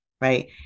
right